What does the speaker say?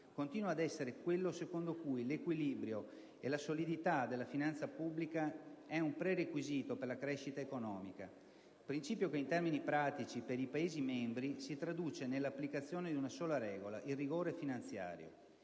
continua ad essere quello secondo cui l'equilibrio e la solidità della finanza pubblica sono prerequisiti per la crescita economica. Principio, che in termini pratici, per i Paesi membri si traduce nella applicazione di una sola regola: il rigore finanziario.